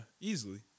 easily